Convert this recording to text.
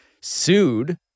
sued